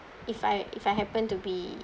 if I if I happen to be